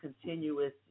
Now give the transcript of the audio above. continuous